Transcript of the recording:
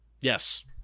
Yes